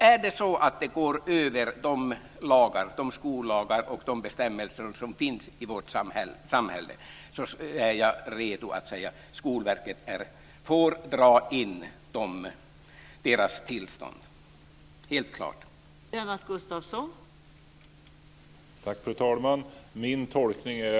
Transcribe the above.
Är det så att några går utöver de skollagar och bestämmelser som finns i vårt samhälle är jag redo att säga att Skolverket får dra in deras tillstånd - helt klart.